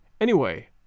Anyway